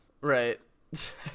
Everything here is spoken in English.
Right